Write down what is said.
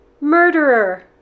Murderer